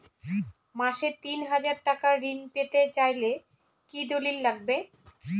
মাসে তিন হাজার টাকা ঋণ পেতে চাইলে কি দলিল লাগবে?